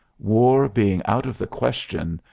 war being out of the question,